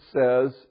says